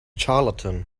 charlatan